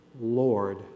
Lord